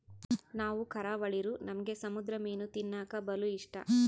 ನಾವು ಕರಾವಳಿರೂ ನಮ್ಗೆ ಸಮುದ್ರ ಮೀನು ತಿನ್ನಕ ಬಲು ಇಷ್ಟ